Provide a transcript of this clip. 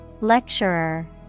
Lecturer